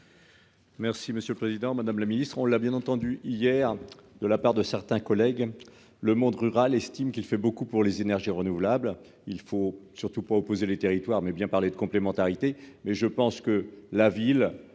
Merci monsieur le président, madame la ministre, on l'a bien entendu, hier, de la part de certains collègues le monde rural, estime qu'il fait beaucoup pour les énergies renouvelables, il faut surtout pas opposer les territoires mais bien parler de complémentarité, mais je pense que la ville,